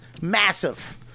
Massive